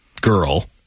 girl